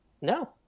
No